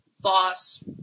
boss